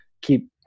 keep